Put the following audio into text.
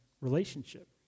relationship